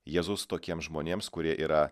jėzus tokiems žmonėms kurie yra